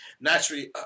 Naturally